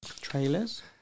Trailers